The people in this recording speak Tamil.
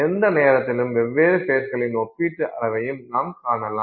எந்த நேரத்திலும் வெவ்வேறு ஃபேஸ்களின் ஒப்பீட்டு அளவுகளையும் நாம் காணலாம்